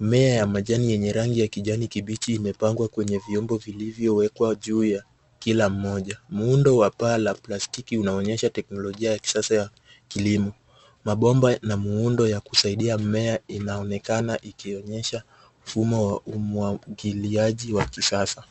Mimea ya majani yenye rangi ya kijani kibichi imepangwa kwenye vyombo vilivyowekwa juu ya kila mmoja. Muundo wa paa la plastiki unaonyesha teknolojia ya kisasa ya kilimo. Mabomba na miundo ya kusaidia mmea inaonekana ikionyesha mfumo wa umwagiliaji wa kisasa.